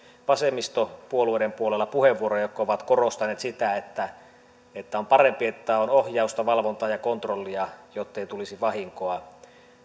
vasemmistopuolueiden puolella puheenvuoroja joissa on korostettu sitä että että on parempi että on ohjausta valvontaa ja kontrollia jottei tulisi vahinkoa